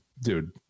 Dude